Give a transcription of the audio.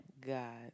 God